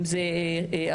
אם אלה ערבים,